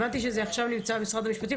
הבנתי שזה עכשיו נמצא במשרד המשפטים.